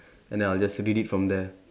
and then I'll just read it from there